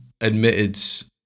admitted